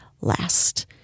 last